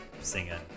singer